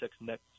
next